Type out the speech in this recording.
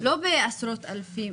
לא בעשרות אלפים,